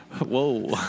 whoa